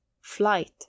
Flight